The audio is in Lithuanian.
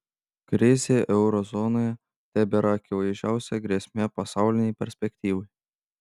krizė euro zonoje tebėra akivaizdžiausia grėsmė pasaulinei perspektyvai